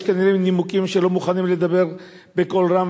יש כנראה נימוקים שלא מוכנים לדבר עליהם בקול רם